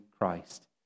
Christ